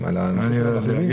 האירופאים.